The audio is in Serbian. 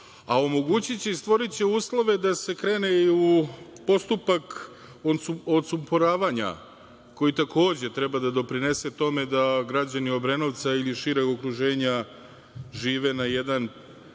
a omogućiće i stvoriće uslove da se krene i u postupak odsumporavanja, koji takođe treba da doprinese tome da građani Obrenovca ili šira okruženja žive na jedan